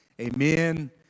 amen